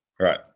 Right